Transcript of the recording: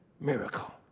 Miracle